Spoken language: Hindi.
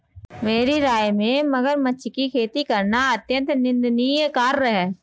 मेरी राय में मगरमच्छ की खेती करना अत्यंत निंदनीय कार्य है